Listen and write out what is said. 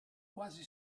quasi